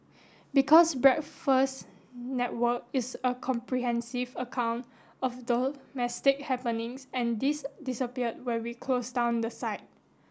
because Breakfast Network is a comprehensive account of domestic happenings and this disappeared when we closed down the site